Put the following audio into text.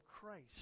Christ